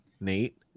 Nate